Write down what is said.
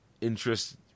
interest